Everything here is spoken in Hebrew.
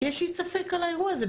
יש לי ספק על אירוע הזה.